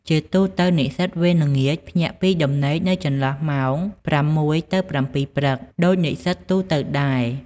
ជាទូទៅ និស្សិតវេនល្ងាច ភ្ញាក់ពីដំណេកនៅចន្លោះម៉ោង ៦ ទៅ ៧ ព្រឹក ដូចនិស្សិតទូទៅដែរ។